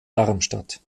darmstadt